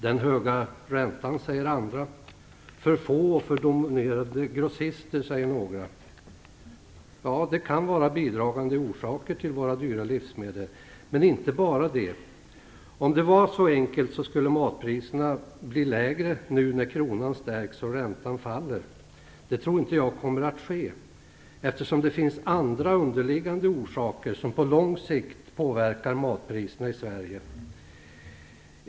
Den höga räntan, säger andra. För få och för dominerande grossister, säger några. Det kan vara bidragande orsaker till våra dyra livsmedel, men inte bara det. Om det var så enkelt skulle matpriserna bli lägre nu när kronan stärks och räntan faller. Det tror inte jag kommer att ske. Det finns andra underliggande orsaker som på lång sikt påverkar matpriserna i Sverige.